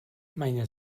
meine